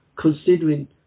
considering